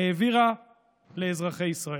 העבירה לאזרחי ישראל.